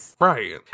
right